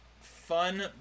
fun